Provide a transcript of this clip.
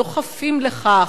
דוחפים לכך,